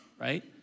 right